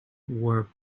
were